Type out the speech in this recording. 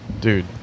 Dude